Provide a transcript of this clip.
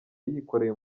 yikoreye